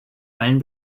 allen